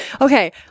Okay